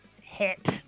hit